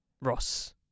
Ross